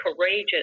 courageous